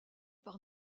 par